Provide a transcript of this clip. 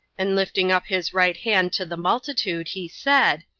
and lifting up his right hand to the multitude, he said,